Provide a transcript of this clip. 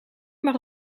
maar